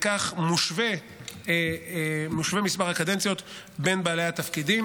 כך, מושווה מספר הקדנציות בין בעלי התפקידים.